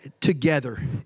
together